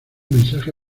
mensaje